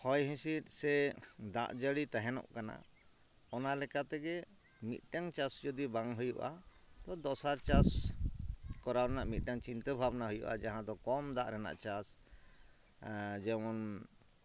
ᱦᱚᱭ ᱦᱤᱸᱥᱤᱫᱽ ᱥᱮ ᱫᱟᱜ ᱡᱟᱹᱲᱤ ᱛᱮᱦᱮᱱᱚᱜ ᱠᱟᱱᱟ ᱚᱱᱟ ᱞᱮᱠᱟᱛᱮ ᱜᱮ ᱢᱤᱫᱴᱮᱝ ᱡᱚᱫᱤ ᱵᱟᱝ ᱦᱩᱭᱩᱜᱼᱟ ᱛᱚ ᱫᱚᱥᱟᱨ ᱪᱟᱥ ᱠᱚᱨᱟᱣ ᱨᱮᱱᱟᱜ ᱢᱤᱫᱴᱟᱝ ᱪᱤᱱᱛᱟᱹ ᱵᱷᱟᱵᱽᱱᱟ ᱦᱩᱭᱩᱜᱼᱟ ᱡᱟᱦᱟᱸᱫᱚ ᱠᱚᱢ ᱫᱟᱜ ᱨᱮᱱᱟᱜ ᱪᱟᱥ ᱡᱮᱢᱚᱱ